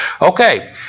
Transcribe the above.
Okay